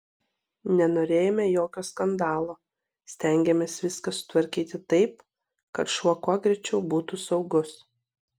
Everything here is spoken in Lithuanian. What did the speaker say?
nenorėjome jokio skandalo stengėmės viską sutvarkyti taip kad šuo kuo greičiau būtų saugus